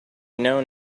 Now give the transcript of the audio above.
known